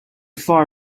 far